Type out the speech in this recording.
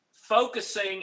focusing